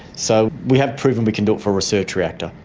so we have proven we can do it for a research reactor.